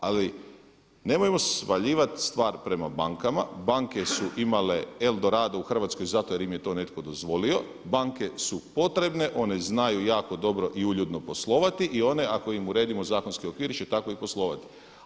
Ali nemojmo svaljivat stvar prema bankama, banke su imale El dorado u Hrvatskoj zato jer im je to netko dozvolio, banke su potrebne, one znaju jako dobro i uljudno poslovati i one ako im uredimo zakonski okvir će tako i poslovati.